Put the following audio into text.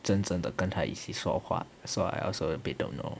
真正的跟他一起说话 so I also a bit don't know